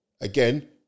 again